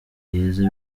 yeze